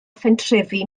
phentrefi